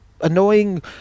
annoying